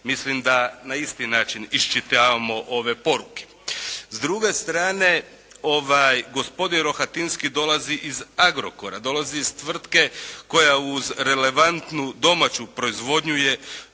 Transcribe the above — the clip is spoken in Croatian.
Mislim da na isti način iščitavamo ove poruke. S druge strane gospodin Rohatinski dolazi iz "Agrokora", dolazi iz tvrtke koja uz relevantnu domaću proizvodnju je